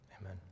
Amen